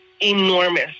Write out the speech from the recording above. enormous